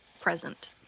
present